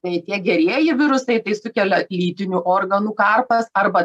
tai tie gerieji virusai tai sukelia lytinių organų karpas arba